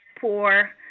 poor